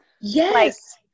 Yes